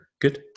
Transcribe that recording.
good